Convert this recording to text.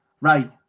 Right